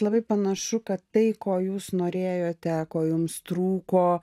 labai panašu kad tai ko jūs norėjot teko jums trūko